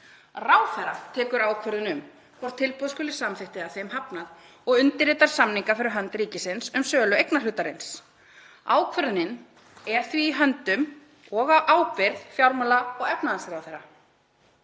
Ráðherra tekur ákvörðun um hvort tilboð skuli samþykkt eða þeim hafnað og undirritar samninga fyrir hönd ríkisins um sölu eignarhlutarins.“ Ákvörðunin er í höndum og á ábyrgð fjármála- og efnahagsráðherra.